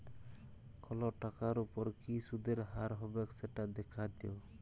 call টাকার উপর কি সুদের হার হবেক সেট দ্যাখাত